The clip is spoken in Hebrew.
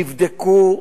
נבדקו,